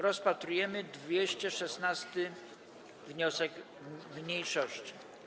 Rozpatrujemy 216. wniosek mniejszości.